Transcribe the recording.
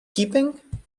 keeping